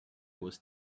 was